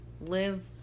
live